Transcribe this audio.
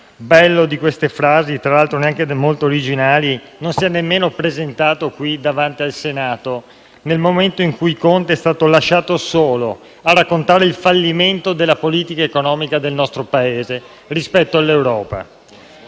bello di queste frasi (tra l'altro neanche molto originali) non si è nemmeno presentato qui in Senato, nel momento in cui Conte è stato lasciato solo a raccontare il fallimento della politica economica del nostro Paese rispetto all'Europa